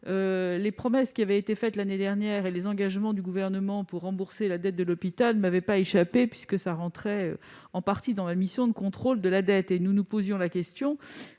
les promesses qui avaient été faites l'année dernière et les engagements du Gouvernement pour rembourser la dette de l'hôpital ne m'avaient pas échappé puisque tout cela entrait en partie dans ma mission de contrôle de la dette. Nous nous posions la question,